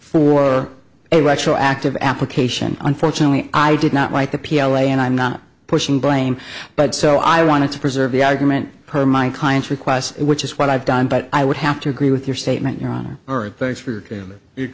for a retroactive application unfortunately i did not write the p l o and i'm not pushing blame but so i wanted to preserve the argument for my clients requests which is what i've done but i would have to agree with your statement here on earth thanks for your